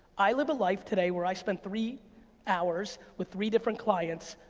i live a life today where i spend three hours with three different clients,